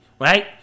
Right